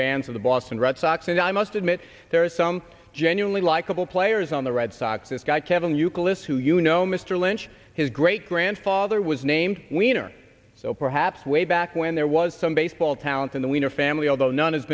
fans of the boston red sox and i must admit there are some genuinely likable players on the red sox this guy kevin eucalypts who you know mr lynch his great grandfather was named winner so perhaps way back when there was some baseball talent in the winter family although no